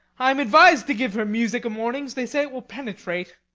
i am advised to give her music a mornings they say it will penetrate.